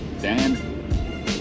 dan